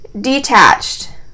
detached